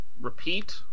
repeat